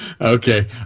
Okay